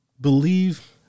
believe